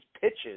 pitches